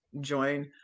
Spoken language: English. join